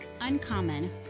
uncommon